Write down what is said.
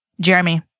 Jeremy